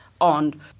on